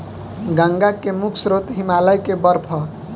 गंगा के मुख्य स्रोत हिमालय के बर्फ ह